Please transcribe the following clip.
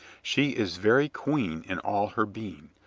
she is very queen in all her being.